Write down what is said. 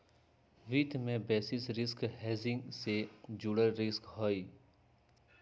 वित्त में basis risk hedging से जुड़ल रिस्क हहई